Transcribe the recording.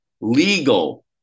legal